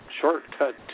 shortcut